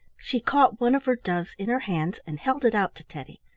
she caught one of her doves in her hands and held it out to teddy.